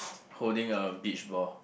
holding a beach ball